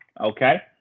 Okay